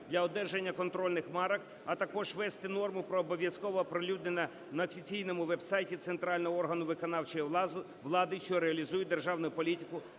для одержання контрольних марок, а також ввести норму про обов'язкове оприлюднення на офіційному веб-сайті центрального органу виконавчої влади, що реалізує державну політику